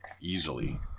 Easily